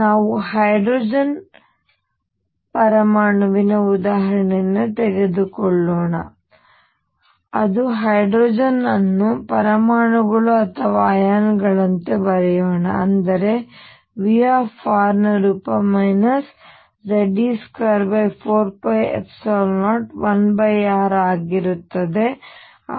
ಆದ್ದರಿಂದ ನಾವು ಹೈಡ್ರೋಜನ್ ಪರಮಾಣುವಿನ ಉದಾಹರಣೆಯನ್ನು ತೆಗೆದುಕೊಳ್ಳೋಣ ಅಥವಾ ಹೈಡ್ರೋಜನ್ ಅನ್ನು ಪರಮಾಣುಗಳು ಅಥವಾ ಅಯಾನುಗಳಂತೆ ಬರೆಯೋಣ ಅಂದರೆ V ರೂಪ Ze24π01r ಆಗಿರುತ್ತದೆ